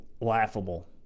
laughable